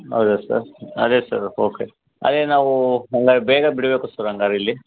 ಹೌದ ಸರ್ ಅದೇ sir okay ಅದೇ ನಾವೂ ಹಂಗಾರೆ ಬೇಗ ಬಿಡಬೇಕು ಸರ್ ಹಂಗಾರೆ ಇಲ್ಲಿ